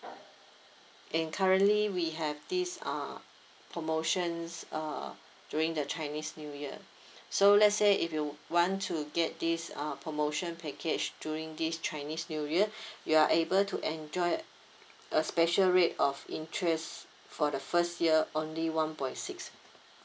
and currently we have this uh promotions uh during the chinese new year so let's say if you want to get this uh promotion package during this chinese new year you are able to enjoy a special rate of interest for the first year only one point six